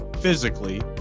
physically